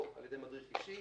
או על ידי מדריך אישי,